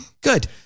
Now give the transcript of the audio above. Good